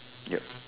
yep